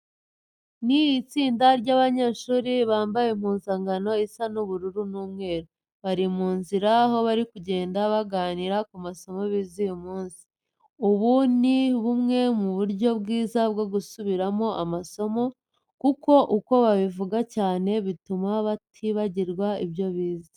Ni itsinda ry'abanyeshuri bambaye impuzankano isa ubururu n'umweru, bari mu nzira aho bari kugenda baganira ku masomo bize uyu munsi. Ubu ni bumwe mu buryo bwiza bwo gusubiramo amasomo kuko uko babivugaho cyane bituma batibagirwa ibyo bize.